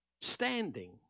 Standing